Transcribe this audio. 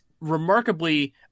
remarkably